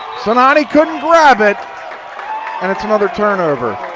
sinani couldn't grab it and it's another turnover.